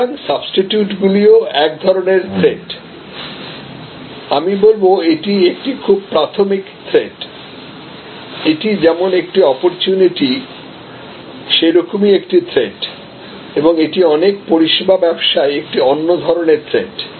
সুতরাং সাবস্টিটিউট গুলিও এক ধরনের থ্রেট্ট আমি বলব এটি একটি খুব প্রাথমিক থ্রেট্ট এটি যেমন একটি অপরচুনিটি সেইরকমই একটি থ্রেট্ট এবং এটি অনেক পরিষেবা ব্যবসায় একটি অন্য ধরণের থ্রেট্ট